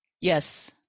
Yes